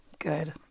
Good